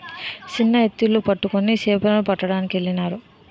చిన్న ఎత్తిళ్లు పట్టుకొని సేపలు పట్టడానికెళ్ళినారు